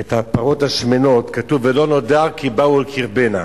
את הפרות השמנות, כתוב: ולא נודע כי באו אל קרבנה